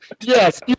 Yes